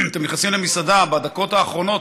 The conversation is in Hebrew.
אתם נכנסים למסעדה בדקות האחרונות,